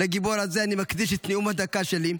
לגיבור הזה אני מקדיש את נאום הדקה שלי.